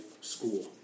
school